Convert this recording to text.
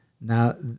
Now